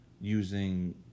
using